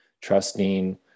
trusting